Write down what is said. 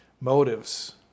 motives